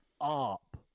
up